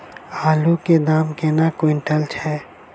आलु केँ दाम केना कुनटल छैय?